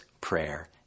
prayer